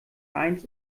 eins